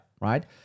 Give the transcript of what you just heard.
right